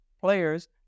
players